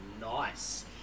nice